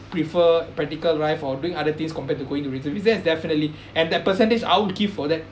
prefer practical life or doing other things compared to going to reservist that's definitely and that percentage I won't queue for that